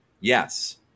Yes